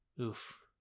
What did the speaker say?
Oof